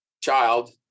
child